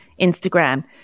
Instagram